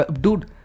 dude